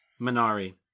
Minari